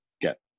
get